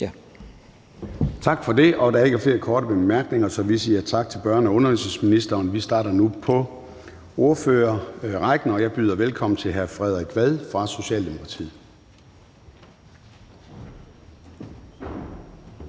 Tak for det. Der er ikke flere korte bemærkninger, så vi siger tak til børne- og undervisningsministeren. Vi starter nu på ordførerrækken, og jeg byder velkommen til hr. Frederik Vad fra Socialdemokratiet.